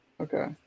Okay